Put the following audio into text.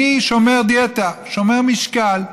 אני שומר דיאטה, שומר משקל,